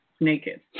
naked